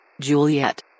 Juliet